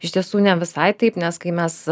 iš tiesų ne visai taip nes kai mes